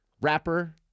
rapper